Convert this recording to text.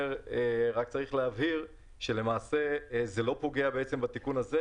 רק צריך להבהיר שזה לא פוגע בתיקון הזה,